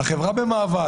החברה במאבק,